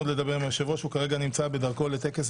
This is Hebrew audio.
10 בנובמבר 2021. על סדר-היום סעיף אחד